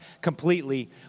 completely